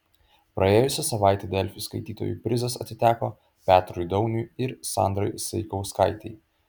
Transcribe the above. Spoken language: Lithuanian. praėjusią savaitę delfi skaitytojų prizas atiteko petrui dauniui ir sandrai saikauskaitei